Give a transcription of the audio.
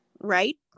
right